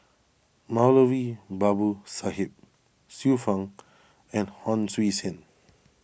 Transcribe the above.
Moulavi Babu Sahib Xiu Fang and Hon Sui Sen